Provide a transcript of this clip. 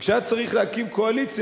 וכשהיה צריך להקים קואליציה,